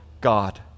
God